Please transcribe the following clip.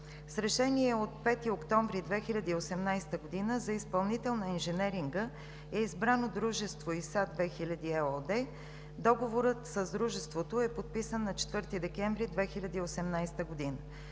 С Решение от 5 октомври 2018 г. за изпълнител на инженеринга е избрано дружество „ИСА 2000“ ЕООД. Договорът с дружеството е подписан на 4 декември 2018 г.